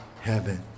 heaven